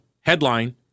headline